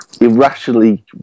irrationally